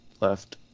left